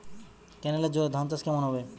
কেনেলের জলে ধানচাষ কেমন হবে?